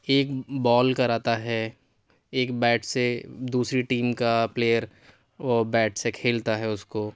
ایک بال کراتا ہے ایک بیٹ سے دوسری ٹیم کا پلیئر وہ بیٹ سے کھیلتا ہے اُس کو